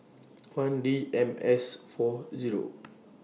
one D M S four Zero